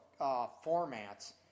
formats